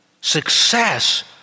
success